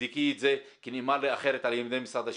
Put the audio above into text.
תבדקי את זה כי נאמר לי אחרת על ידי משרד השיכון,